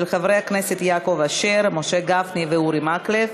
של חברי הכנסת יעקב אשר, משה גפני ואורי מקלב.